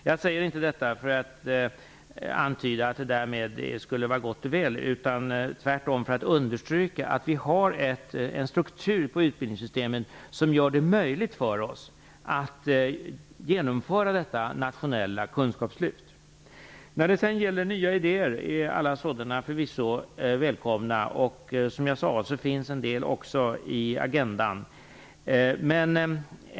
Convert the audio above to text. Jag säger inte detta för att antyda att allt därmed skulle vara gott och väl utan - tvärtom - för att understryka att vi har en struktur på utbildningssystemen som gör det möjligt för oss att genomföra detta nationella kunskapslyft. Alla nya idéer är förvisso välkomna. Som jag sade finns en del också i Agenda 2000.